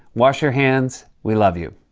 wash your hands, we love you.